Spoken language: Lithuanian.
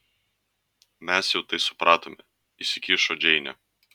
mes jau tai supratome įsikišo džeinė